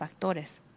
factores